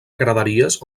graderies